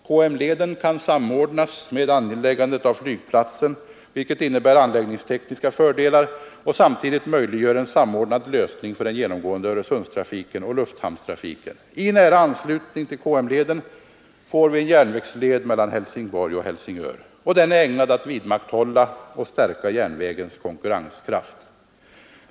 KM-leden kan samordnas med anläggandet av flygplatsen, vilket innebär anläggningstekniska fördelar och samtidigt möjliggör en samordnad lösning för den genomgående Öresundstrafiken och lufthamnstrafiken. I nära anslutning till KM-leden får vi en järnvägsled mellan Helsingborg och Helsingör. Den är ägnad att vidmakthålla och stärka järnvägens konkurrenskraft.